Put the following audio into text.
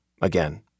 Again